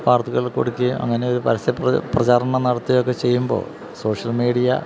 വാർത്തകൾ കൊടുക്കുകയും അങ്ങനെ പരസ്യ പ്രചാരണം നടത്തുകയുമൊക്കെ ചെയ്യുമ്പോള് സോഷ്യൽ മീഡിയ